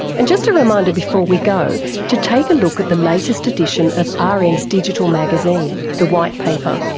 and just a reminder before we go to take a look at the latest edition of ah rn's digital magazine, the white paper.